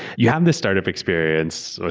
you have this startup experience,